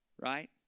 right